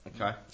Okay